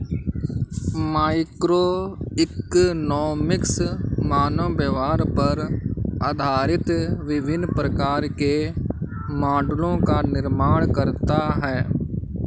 microeconomics मानव व्यवहार पर आधारित विभिन्न प्रकार के मॉडलों का निर्माण करता है